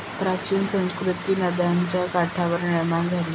प्राचीन संस्कृती नद्यांच्या काठावर निर्माण झाली